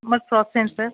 మరి ప్రాసెస్ ఏంటి సార్